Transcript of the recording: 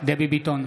דבי ביטון,